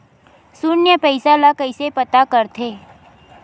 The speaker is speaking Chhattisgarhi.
शून्य पईसा ला कइसे पता करथे?